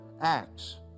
acts